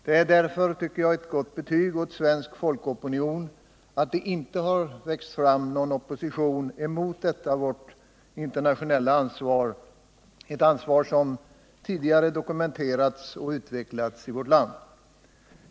Det är därför ett gott betyg åt svensk folkopinion att det inte har växt fram någon opposition emot detta vårt internationella ansvar, ett ansvar som tidigare dokumenterats och utvecklats i vårt land.